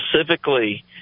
specifically